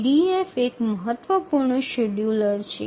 EDF એક મહત્વપૂર્ણ scheduler છે